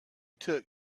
took